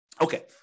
Okay